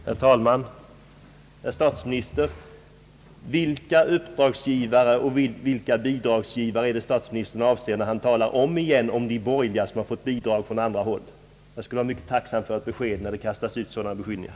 Herr talman! Vilka uppdragsgivare och vilka bidragsgivare är det statsministern avser när han omigen talar om de borgerliga inklusive centerpartiet, som skulle fått bidrag från andra håll? Jag skulle vara mycket tacksam för ett besked när det kastas ut sådana beskyllningar.